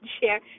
Share